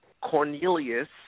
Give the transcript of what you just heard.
Cornelius